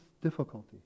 difficulty